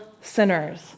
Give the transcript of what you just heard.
sinners